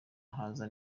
haza